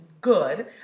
good